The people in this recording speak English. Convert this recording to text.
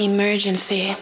Emergency